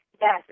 Yes